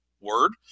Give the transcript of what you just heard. word